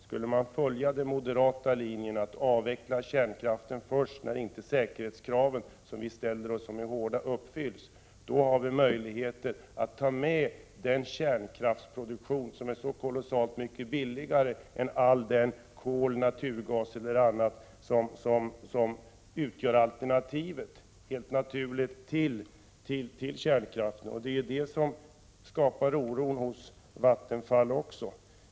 Skulle man följa den moderata linjen att avveckla kärnkraften först när de säkerhetskrav som vi ställer — och de är hårda —- inte uppfylls, då har vi möjligheter att ta med kärnkraftsproduktionen, som är mycket billigare än all den produktion genom kol, naturgas e. d. som utgör alternativet till kärnkraften. Det är detta som skapar oron också hos Vattenfall.